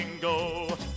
go